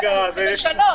הם צריכים לשנות.